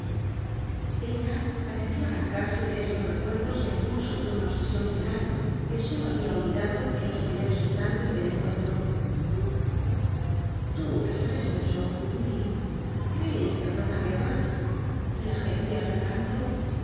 ella pareció arrancarse de estos recuerdos á impulsos de una obsesión tenaz que sólo había olvidado en los primeros instantes del encuentro tú que sabes mucho di crees que habrá guerra la gente habla tanto